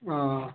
ఆ